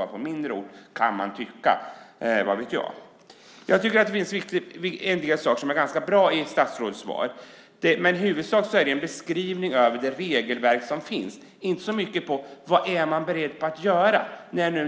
är på mindre orter, kan man tycka - vad vet jag? Det finns en del saker som är ganska bra i statsrådets svar, men i huvudsak är det en beskrivning av det regelverk som finns, inte så mycket om vad man är beredd att göra.